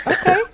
Okay